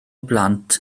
blant